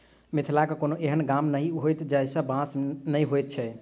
मिथिलाक कोनो एहन गाम नहि होयत जतय बाँस नै होयत छै